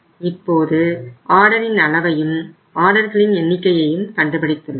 இப்போது ஆர்டரின் அளவையும் ஆர்டர்களின் எண்ணிக்கையையும் கண்டுபிடித்துள்ளோம்